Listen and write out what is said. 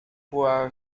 była